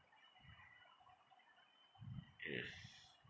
yes